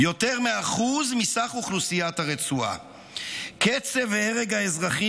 "יותר מ-1% מסך אוכלוסיית הרצועה"; "קצב הרג האזרחים